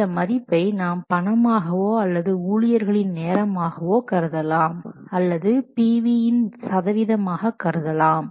இந்த மதிப்பை நாம் பணமாகவோ அல்லது ஊழியர்களின் நேரமாகவோ கருதலாம் அல்லது PV இன் சதவீதமாக கருதலாம்